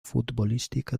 futbolística